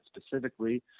specifically